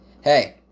Hey